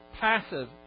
passive